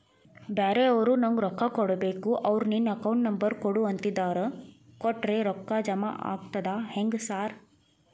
ಬ್ಯಾರೆವರು ನಂಗ್ ರೊಕ್ಕಾ ಕೊಡ್ಬೇಕು ಅವ್ರು ನಿನ್ ಅಕೌಂಟ್ ನಂಬರ್ ಕೊಡು ಅಂತಿದ್ದಾರ ಕೊಟ್ರೆ ರೊಕ್ಕ ಜಮಾ ಆಗ್ತದಾ ಹೆಂಗ್ ಸಾರ್?